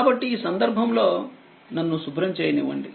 కాబట్టి ఈ సందర్బంలో నన్ను శుభ్రం చేయనివ్వండి